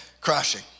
crashing